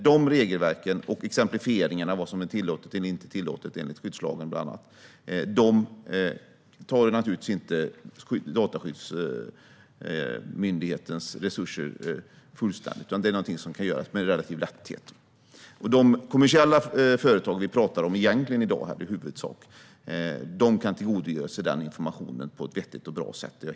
Detta och exemplifieringarna av vad som är tillåtet och inte tillåtet enligt bland annat skyddslagen belastar inte Datainspektionens resurser särskilt mycket utan kan göras relativt lätt. Jag är helt säker på att kommersiella företag, som vi i huvudsak talar om i dag, kan tillgodogöra sig denna information på ett vettigt och bra sätt.